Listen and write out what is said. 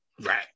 Right